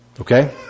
Okay